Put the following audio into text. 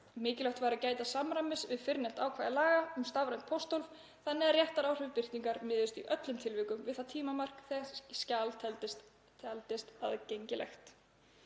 Mikilvægt væri að gæta samræmis við fyrrnefnt ákvæði laga um stafrænt pósthólf þannig að réttaráhrif birtingar miðist í öllum tilvikum við það tímamark þegar skjal teldist aðgengilegt.